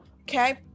Okay